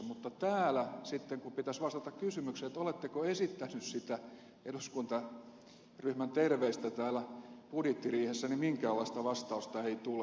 mutta täällä sitten kun pitäisi vastata kysymykseen oletteko esittänyt niitä eduskuntaryhmän terveisiä täällä budjettiriihessä niin minkäänlaista vastausta ei tule